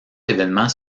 évènements